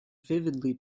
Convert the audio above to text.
vividly